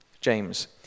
James